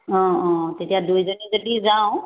অঁ অঁ তেতিয়া দুইজনী যদি যাওঁ